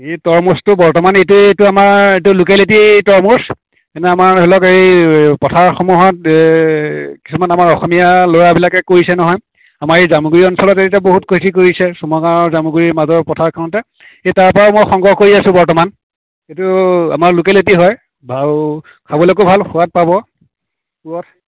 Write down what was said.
এই তৰমুজটো বৰ্তমান এইটো এইটো আমাৰ এইটো লোকেলিটি তৰমুজ এনে আমাৰ ধৰি লওক এই পথাৰসমূহত এই কিছুমান আমাৰ অসমীয়া ল'ৰাবিলাকে কৰিছে নহয় আমাৰ এই জামুগুৰি অঞ্চলতে এতিয়া বহুত কৃষি কৰিছে চোমাগাঁৱৰ আৰু জামুগুৰিৰ মাজৰ পথাৰখনতে সেই তাৰপৰাই মই সংগ্ৰহ কৰি আছো বৰ্তমান এইটো আমাৰ লোকেলিটিৰ হয় ভাল খাবলৈকেও ভাল সোৱাদ পাব পূৰঠ